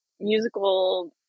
musical